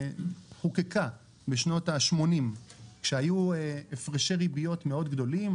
חוקקה בשנות ה-80 כשהיו הפרשי ריביות מאוד גדולים,